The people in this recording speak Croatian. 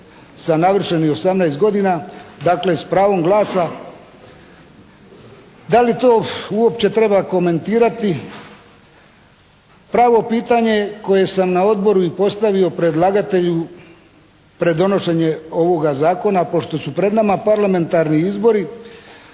sa navršenih 18 godina. Dakle s pravom glasa. Da li to uopće treba komentirati? Pravo pitanje koje sam na Odboru postavio predlagatelju pred donošenje ovoga Zakona pošto su pred nama parlamentarni izbori.